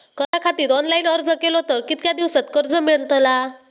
कर्जा खातीत ऑनलाईन अर्ज केलो तर कितक्या दिवसात कर्ज मेलतला?